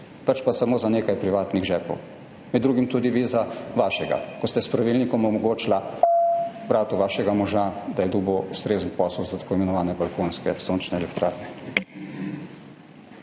pač pa samo za nekaj privatnih žepov. Med drugim tudi vi za vašega, ko ste s pravilnikom omogočili bratu vašega moža, da je dobil ustrezen posel za tako imenovane balkonske sončne elektrarne.